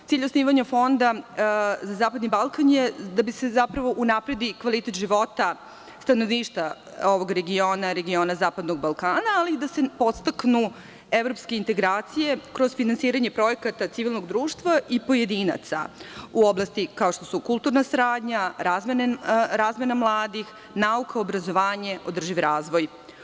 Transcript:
Cilj osnivanja Fonda za zapadni Balkan je da bi se unapredio kvalitet života stanovništva ovog regiona, regiona zapadnog Balkana, ali i da se podstaknu evropske integracije kroz finansiranje projekata civilnog društva i pojedinaca u oblasti kao što su kulturna saradnja, razmena mladih, nauka, obrazovanje, održivi razvoj.